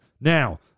Now